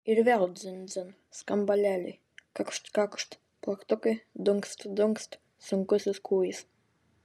ir vėl dzin dzin skambalėliai kakšt kakšt plaktukai dunkst dunkst sunkusis kūjis